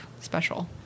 special